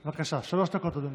בבקשה, שלוש דקות, אדוני.